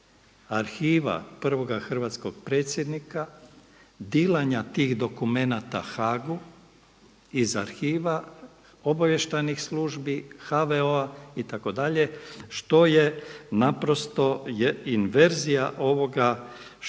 arhiva prvoga hrvatskog predsjednika, dilanja tih dokumenata Haagu iz arhiva obavještajnih službi, HVO-a itd. što je naprosto inverzija ovoga što